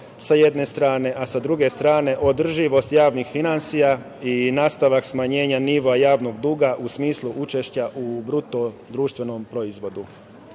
sa jedne strane, a sa druge strane održivost javnih finansija i nastavak smanjenja nivoa javnog duga u smislu učešća u bruto društvenom proizvodu. Naša